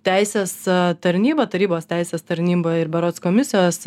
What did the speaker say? teisės tarnyba tarybos teisės tarnyba ir berods komisijos